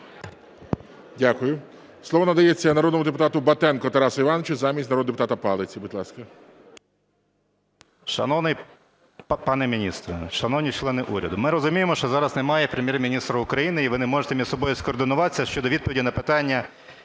Дякую. Слово надається народному депутату Батенку Тарасу Івановичу, замість народного депутата Палиці. Будь ласка.